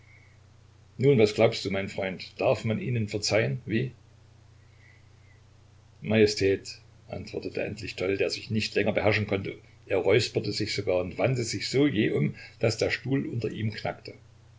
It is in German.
nun was glaubst du mein freund darf man ihnen verzeihen wie majestät antwortete endlich toll der sich nicht länger beherrschen konnte er räusperte sich sogar und wandte sich so jäh um daß der stuhl unter ihm knackte